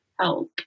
help